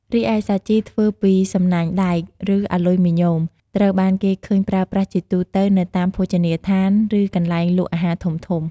រីឯ សាជីធ្វើពីសំណាញ់ដែក ឬអាលុយមីញ៉ូមត្រូវបានគេឃើញប្រើប្រាស់ជាទូទៅនៅតាមភោជនីយដ្ឋាន ឬកន្លែងលក់អាហារធំៗ។